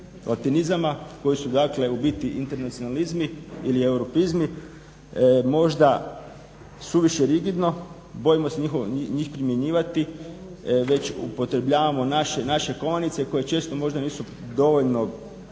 koji su dakle u biti internacionalizmi ili europeizmi, možda suviše rigidno, bojimo se njih primjenjivati već upotrebljavamo naše … koje često možda nisu dovoljno